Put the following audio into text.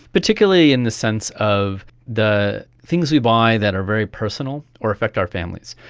particularly in the sense of the things we buy that are very personal or affect our families.